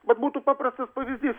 vat būtų paprastas pavyzdys